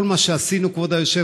כל מה שעשינו, כבוד היושב-ראש,